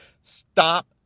Stop